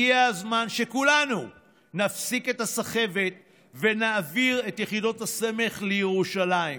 הגיע הזמן שכולנו נפסיק את הסחבת ונעביר את יחידות הסמך לירושלים.